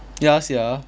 ya sia